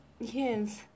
yes